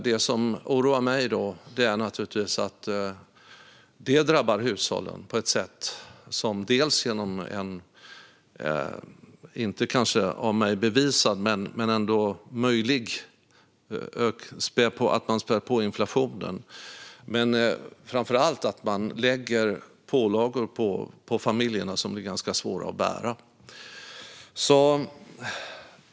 Det som oroar mig när det gäller familjer är naturligtvis att detta, enligt mig, drabbar hushållen genom att inflationen späs på - vilket jag kanske inte har bevisat, men det är möjligt - men framför allt att man lägger pålagor som är ganska svåra att bära på familjerna.